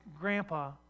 grandpa